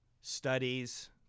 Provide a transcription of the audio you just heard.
studies